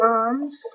Mom's